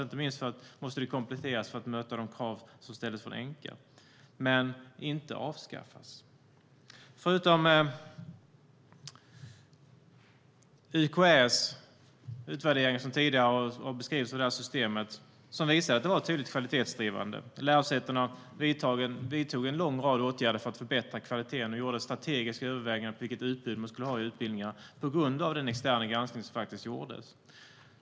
Det måste kompletteras för att inte minst möta de krav som ställts av ENQA, men inte avskaffas. UKÄ:s utvärdering, som tidigare har beskrivit systemet, visar att det var tydligt kvalitetsdrivande. Lärosätena vidtog en lång rad åtgärder för att förbättra kvaliteten och gjorde strategiska övervägningar av vilket utbud de skulle ha i utbildningarna, tack vare den externa granskning som gjordes.